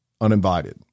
uninvited